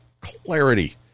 clarity